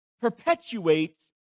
perpetuates